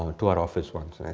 to our office once.